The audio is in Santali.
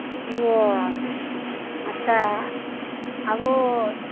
ᱤᱭᱟᱹ ᱟᱪᱪᱷᱟ ᱟᱵᱚ